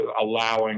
allowing